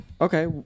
okay